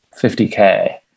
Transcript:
50K